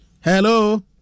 hello